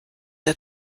der